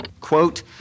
quote